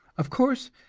of course,